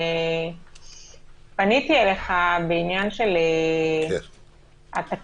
פניתי אליך בעניין של התקש"חים.